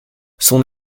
son